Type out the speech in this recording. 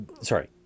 sorry